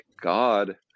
God